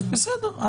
בסדר,